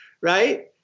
right